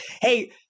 Hey